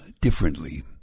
differently